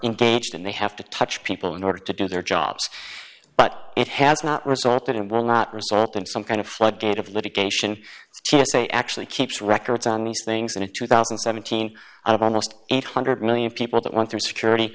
engaged in they have to touch people in order to do their jobs but it has not resulted in will not result in some kind of flood gate of litigation to say actually keeps records on these things and in two thousand and seventeen out of almost eight hundred million people that went through security